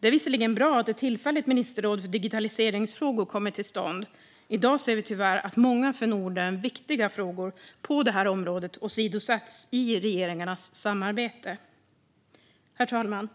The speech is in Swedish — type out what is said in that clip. Det är visserligen bra att ett tillfälligt ministerråd för digitaliseringsfrågor kommit till stånd. I dag ser vi tyvärr att många för Norden viktiga frågor på detta område åsidosätts i regeringarnas samarbete. Herr talman!